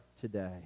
today